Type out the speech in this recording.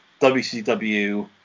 wcw